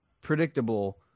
predictable